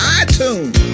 iTunes